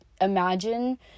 imagine